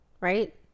right